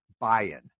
buy-in